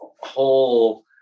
whole